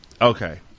Okay